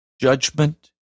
judgment